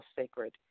sacred